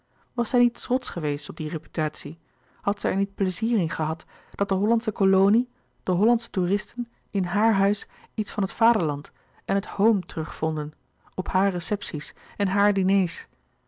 was zij niet trotsch geweest op die reputatie had zij er niet pleizier in gehad dat de hollandsche kolonie de hollandsche toeristen in haar huis iets van het vaderland en het home terugvonden op hare recepties aan hare diners